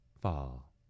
fall